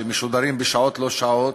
שמשודרות בשעות-לא-שעות.